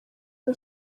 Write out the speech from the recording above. the